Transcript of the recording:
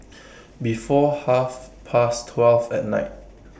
before Half Past twelve At Night